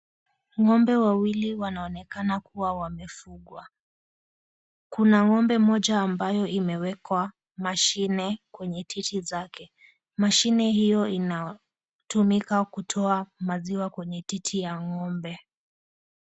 Ng'ombe wawili wanaonekana kuwa wamefugwa. Kuna ng'ombe mmoja ambayo imewekwa mashine kwenye titi zake. Mashine hiyo inatumika kutoa maziwa kwenye titi ya ng'ombe.